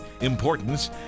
importance